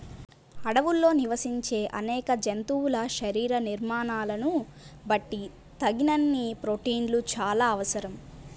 అడవుల్లో నివసించే అనేక జంతువుల శరీర నిర్మాణాలను బట్టి తగినన్ని ప్రోటీన్లు చాలా అవసరం